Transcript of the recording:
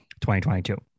2022